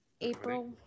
april